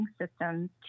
systems